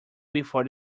before